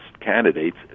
candidates